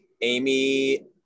Amy